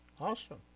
Awesome